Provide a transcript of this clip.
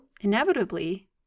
inevitably